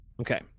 okay